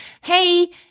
hey